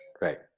Right